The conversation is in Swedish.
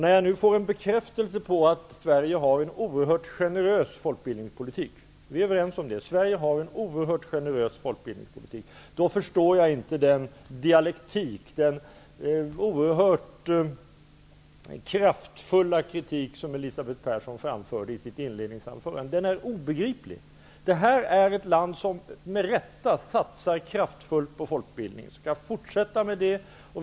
När jag nu får en bekräftelse på att Sverige har en oerhört generös folkbildningspolitik -- vi är överens om att Sverige har en oerhört generös folkbildningspolitik -- då förstår jag inte den dialektik, den oerhört kraftfulla kritik som Elisabeth Persson framförde i sitt inledningsanförande. Den är obegriplig. Sverige är ett land som med rätta satsar kraftfullt på folkbildning och som skall fortsätta med det.